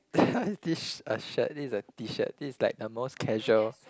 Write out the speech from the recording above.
this a shirt this is a T-shirt this is like the most casual